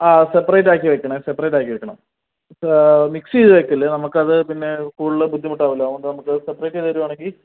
ആ സെപ്പറേറ്റ് ആക്കി വേക്കണെ സെപ്പറേറ്റ് ആക്കി വെക്കണം മിക്സ് ചെയ്ത് വെക്കല്ലേ നമുക്ക് ആത് പിന്നെ കൂടുതൽ ബുദ്ധിമുട്ട് ആവുലോ അത് കൊണ്ട് നമുക്ക് അത് സെപ്പറേറ്റ് ചെയ്ത് തരുവണെങ്കിൽ